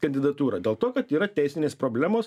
kandidatūra dėl to kad yra teisinės problemos